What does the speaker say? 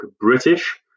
british